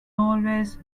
always